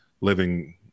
living